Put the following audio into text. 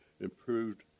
improved